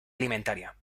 alimentaria